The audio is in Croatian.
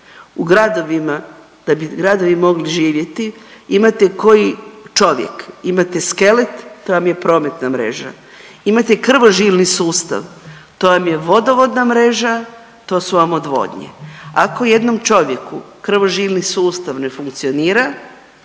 u gradovima da bi gradovi mogli živjeti imate ko i čovjek, imate skelet to vam je prometna mreža, imate krvožilni sustav, to vam je vodovodna mreža to su vam odvodnje. Ako jednom čovjeku krvožilni sustav ne funkcionira